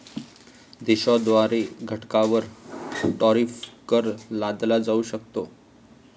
देशाद्वारे घटकांवर टॅरिफ कर लादला जाऊ शकतो